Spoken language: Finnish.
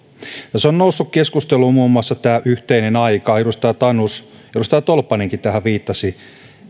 tässä on noussut keskusteluun muun muassa yhteinen aika edustaja tanus edustaja tolppanenkin tähän viittasivat